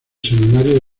seminario